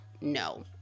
no